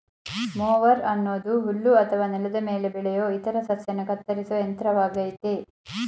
mower ಅನ್ನೋದು ಹುಲ್ಲು ಅಥವಾ ನೆಲದ ಮೇಲೆ ಬೆಳೆಯೋ ಇತರ ಸಸ್ಯನ ಕತ್ತರಿಸೋ ಯಂತ್ರವಾಗಯ್ತೆ